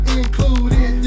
included